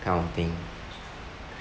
kind of thing